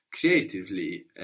creatively